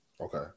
Okay